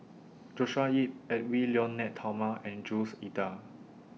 Joshua Ip Edwy Lyonet Talma and Jules Itier